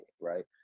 right